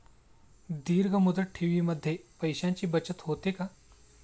दीर्घ मुदत ठेवीमध्ये पैशांची बचत होते का?